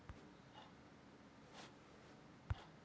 भुगतान वारन्ट मे लिखल राशि कब भुगतान करे लगी रहोहाई इहो लिखल रहो हय